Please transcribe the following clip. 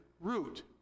Root